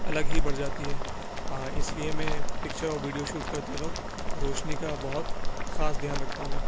الگ ہی بڑھ جاتی ہے اس لیے میں پکچر اور ویڈیو شوٹ کرتے وقت روشنی کا بہت خاص دھیان رکھتا ہوں